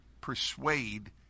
persuade